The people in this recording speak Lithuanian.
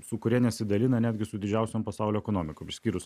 su kuria nesidalina netgi su didžiausiom pasaulio ekonomikom išskyrus